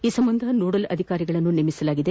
ಈ ಸಂಬಂಧ ನೋಡಲ್ ಅಧಿಕಾರಿಗಳನ್ನು ನೇಮಿಸಲಾಗಿದೆ